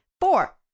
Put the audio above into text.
four